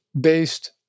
based